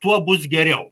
o tuo bus geriau